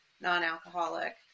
non-alcoholic